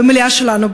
במליאה שלנו,